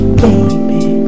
baby